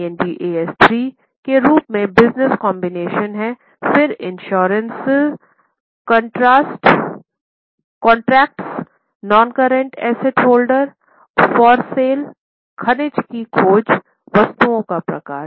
Ind AS 3 के रूप में बिज़नेस कॉम्बिनेशन है फिर insurance contracts non current assets held for sale खनिजों की खोज वस्तुओं का प्रकार